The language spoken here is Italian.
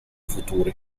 futuri